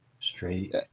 Straight